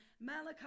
Malachi